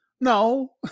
No